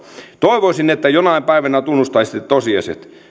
toivoisin että jonain päivänä tunnustaisitte tosiasiat